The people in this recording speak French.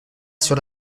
sur